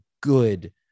good